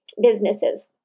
businesses